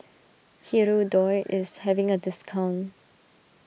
Hirudoid is having a discount